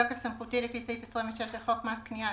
בתוקף סמכותי לפי סעיף 26 לחוק מס קניה,